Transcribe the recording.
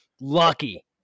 lucky